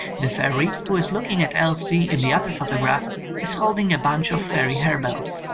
the fairy who is looking at elsie in the other photograph is holding a bunch of fairy hare-bells.